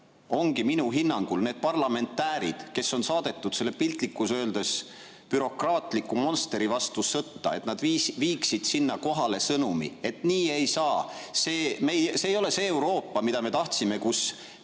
ongi minu hinnangul need parlamentäärid, kes on saadetud selle piltlikult öeldes bürokraatlikumonster'i vastu sõtta, et nad viiksid sinna kohale sõnumi, et nii ei saa. See ei ole see Euroopa, mida me tahtsime, kus